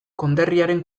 konderriaren